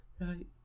Right